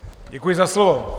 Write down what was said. Děkuji za slovo.